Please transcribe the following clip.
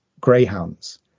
greyhounds